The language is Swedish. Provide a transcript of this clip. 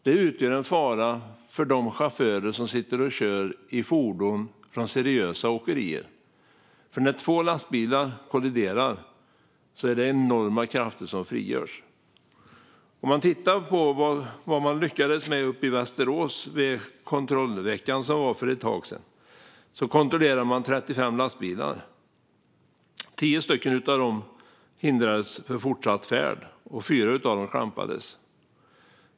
Det utgör en fara för de chaufförer som sitter och kör i fordon från seriösa åkerier. När två lastbilar kolliderar är det enorma krafter som frigörs. Om vi tittar på vad man lyckades med uppe i Västerås vid den kontrollvecka man hade för ett tag sedan ser vi att man kontrollerade 35 lastbilar. Tio av dem hindrades från fortsatt färd, och fyra av dem klampades.